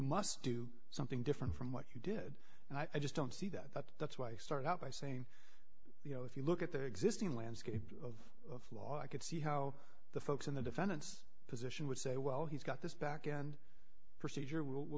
do something different from what you did and i just don't see that that's why i started out by saying you know if you look at the existing landscape of flaw i could see how the folks in the defendant's position would say well he's got this backend procedure we'll